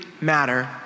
matter